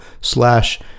slash